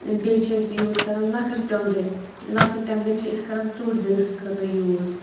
بیٚیہِ چھِ أسۍ یوٗز کَران لَکٕٹۍ ٹۄنٛگٕرۍ لَکٕٹۍ ٹۄنٛگٕرۍ چھِ أسۍ کَران ژوڈ دِنَس خٲطرٕ یوٗز